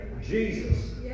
Jesus